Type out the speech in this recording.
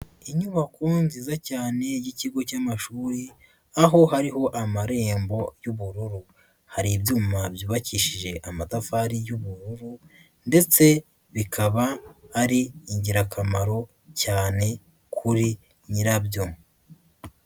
Inyubako nziza cyane y'ikigo cy'amashuri aho hariho amarembo y'ubururu, hari ibyuma byubakishije amatafari y'ubururu ndetse bikaba ari ingirakamaro cyane kuri nyirabyo.